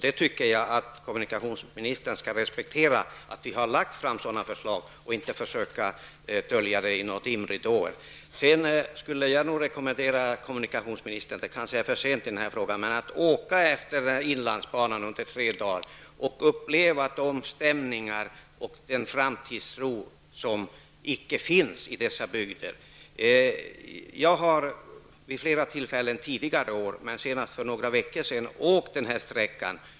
Jag tycker att kommunikationsministern skall respektera att vi har lagt fram sådana förslag och inte försöka dölja detta i några dimridåer. Sedan skulle jag vilja rekommendera kommunikationsministern, men det kanske är för sent i den här frågan, att åka utefter inlandsbanan under tre dagar, uppleva stämningen, och märka att framtidstro saknas i dessa bygder. Jag har vid flera tillfällen tidigare år, men senast för några veckor sedan, åkt den här sträckan.